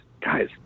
guys